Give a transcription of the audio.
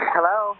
Hello